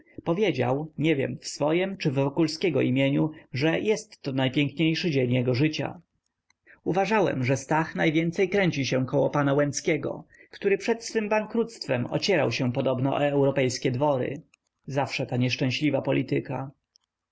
powiedział nie wiem w swojem czy w wokulskiego imieniu że jestto najpiękniejszy dzień jego życia uważałem że stach najwięcej kręci się około pana łęckiego który przed swym bankructwem ocierał się podobno o europejskie dwory zawsze ta nieszczęśliwa polityka